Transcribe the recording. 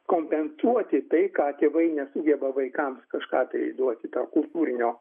kompensuoti tai ką tėvai nesugeba vaikams kažką tai duoti tą kultūrinio